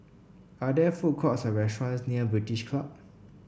are there food courts or restaurants near British Club